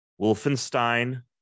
Wolfenstein